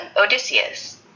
Odysseus